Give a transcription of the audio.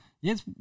Yes